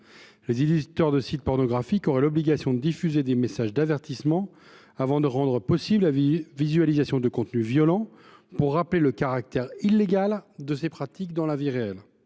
les éditeurs des sites pornographiques auraient l’obligation de diffuser des messages d’avertissement avant de rendre possible la visualisation de contenus violents. Le caractère illégal des pratiques concernées dans la vie réelle